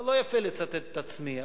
לא יפה לצטט את עצמי,